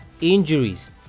injuries